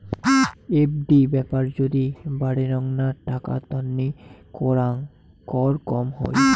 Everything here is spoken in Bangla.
এফ.ডি ব্যাপার যদি বাডেনগ্না টাকা তান্নি করাং কর কম হই